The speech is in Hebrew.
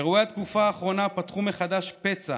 אירועי התקופה האחרונה פתחו מחדש פצע